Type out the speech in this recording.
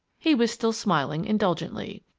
he was still smiling indulgently.